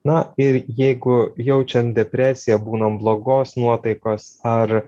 na ir jeigu jaučiam depresiją būnam blogos nuotaikos ar